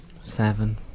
seven